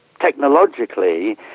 technologically